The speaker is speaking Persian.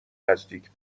نزدیک